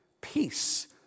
Peace